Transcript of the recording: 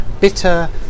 bitter